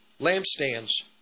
lampstands